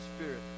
spirit